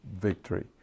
victory